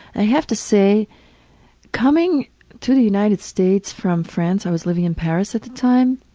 i have to say coming to the united states from france, i was living in paris at the time,